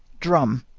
drum.